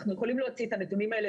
אנחנו יכולים להוציא את הנתונים האלה